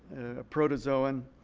a protozoan,